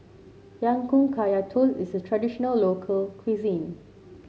Ya Kun Kaya Toast is a traditional local cuisine